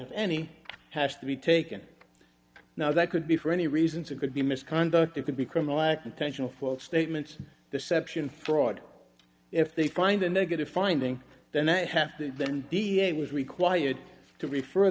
if any has to be taken now that could be for any reasons it could be misconduct it could be criminal act intentional false statements the section fraud if they find a negative finding then i have the n b a was required to re